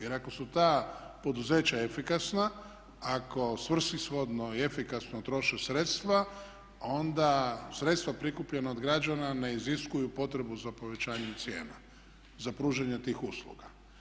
Jer ako su ta poduzeća efikasna, ako svrsishodno i efikasno troše sredstva onda sredstva prikupljena od građana ne iziskuju potrebu za povećanjem cijena, za pružanjem tih usluga.